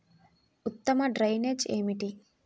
ఉత్తమ డ్రైనేజ్ ఏమిటి?